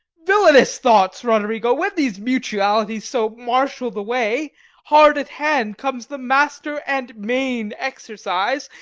villainous thoughts, roderigo! when these mutualities so marshal the way hard at hand comes the master and main exercise,